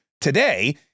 today